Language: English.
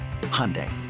Hyundai